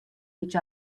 each